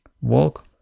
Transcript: walk